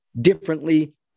differently